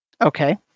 Okay